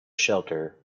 shelter